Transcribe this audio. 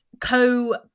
co